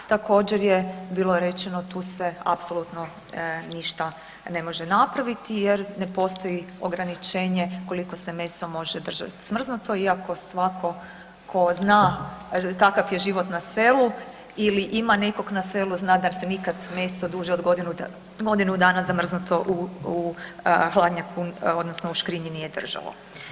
Također je bilo rečeno tu se apsolutno ništa ne može napraviti jer ne postoji ograničenje koliko se meso može držati smrznuto, iako svatko tko zna kakav je život na selu ili ima nekog na selu zna da se nikad meso duže od godinu dana zamrznuto u hladnjaku, odnosno u škrinji nije držalo.